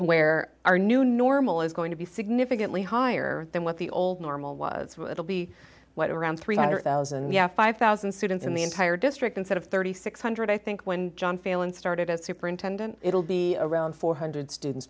where our new normal is going to be significantly higher than what the old normal was it will be right around three hundred thousand we have five thousand students in the entire district instead of thirty six hundred i think when john failon started as superintendent it'll be around four hundred students